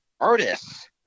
artists